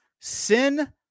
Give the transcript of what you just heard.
Sin